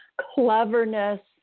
cleverness